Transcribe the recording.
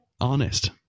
Honest